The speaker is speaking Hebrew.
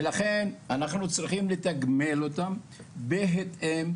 לכן אנחנו צריכים לתגמל אותם בהתאם,